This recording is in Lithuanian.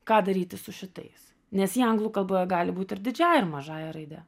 ką daryti su šitais nes jie anglų kalboje gali būt ir didžiąja ir mažąja raide